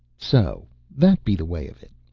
so, that be the way of it!